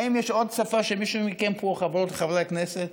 האם יש עוד שפה שמישהו מכם פה, חברות וחברי הכנסת,